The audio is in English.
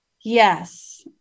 Yes